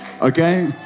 Okay